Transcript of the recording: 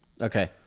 okay